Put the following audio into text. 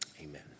amen